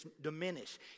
diminish